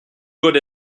good